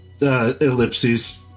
ellipses